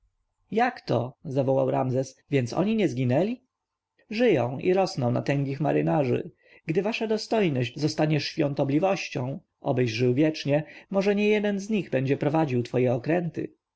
jakto zawołał ramzes więc oni nie zginęli żyją i rosną na tęgich marynarzy gdy wasza dostojność zostaniesz świątobliwością obyś żył wiecznie może niejeden z nich będzie prowadził twoje okręty